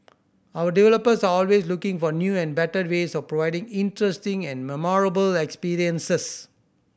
our developers are always looking for new and better ways of providing interesting and memorable experiences